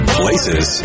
places